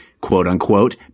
quote-unquote